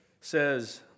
says